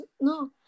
No